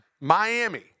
Miami